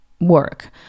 work